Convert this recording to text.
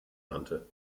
nannte